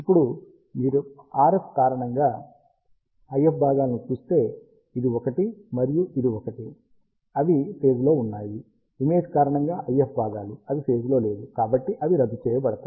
ఇప్పుడు మీరు RF కారణంగా IF భాగాలను చూస్తే ఇది ఒకటి మరియు ఇది ఒకటి అవి ఫేజ్ లో ఉన్నాయి ఇమేజ్ కారణంగా IF భాగాలు అవి ఫేజ్ లో లేవు కాబట్టి అవి రద్దు చేయబడతాయి